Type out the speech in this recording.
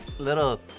Little